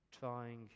trying